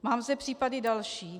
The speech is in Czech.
Mám zde případy další.